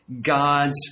God's